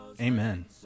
Amen